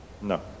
no